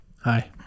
Hi